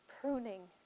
pruning